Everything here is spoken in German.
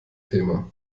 thema